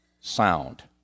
sound